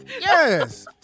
Yes